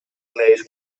lays